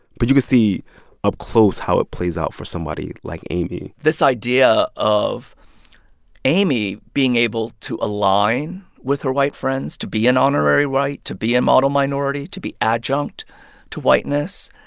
but you could see up close how it plays out for somebody like amy this idea of amy being able to align with her white friends, to be an honorary white, to be a model minority, to be adjunct to whiteness,